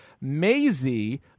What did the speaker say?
Maisie